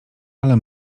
ale